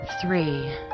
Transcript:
Three